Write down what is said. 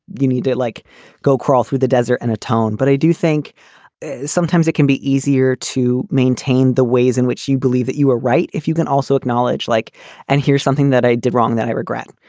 you need it like go crawl through the desert and atone. but i do think sometimes it can be easier to maintain the ways in which you believe that you are right. if you can also acknowledge like and here's something that i did wrong that i regret.